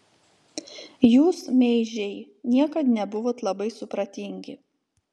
jūs meižiai niekad nebuvot labai supratingi